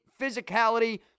physicality